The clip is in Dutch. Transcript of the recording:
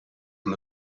van